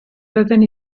bydden